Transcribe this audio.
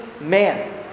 man